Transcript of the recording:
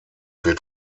wird